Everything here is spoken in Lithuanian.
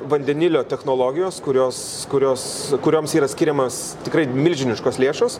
vandenilio technologijos kurios kurios kurioms yra skiriamas tikrai milžiniškos lėšos